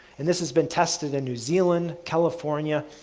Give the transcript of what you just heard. and this has been tested in new zealand, california,